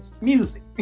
music